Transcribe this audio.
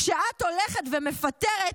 כשאת הולכת ומפטרת,